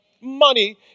money